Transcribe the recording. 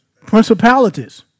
Principalities